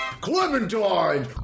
Clementine